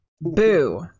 Boo